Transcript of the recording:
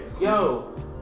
Yo